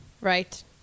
Right